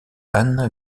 anne